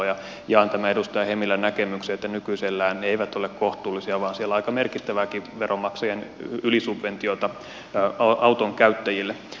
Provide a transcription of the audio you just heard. jaan tämän edustaja hemmilän näkemyksen että nykyisellään ne eivät ole kohtuullisia vaan siellä on aika merkittävääkin veronmaksajien ylisubventiota auton käyttäjille